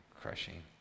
crushing